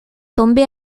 tomber